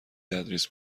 تدریس